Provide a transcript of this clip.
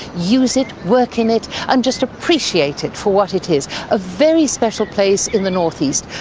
use it, work in it, and just appreciate it for what it is, a very special place in the northeast.